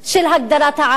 של הגדרת העם?